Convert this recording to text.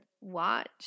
watch